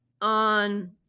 on